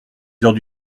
heures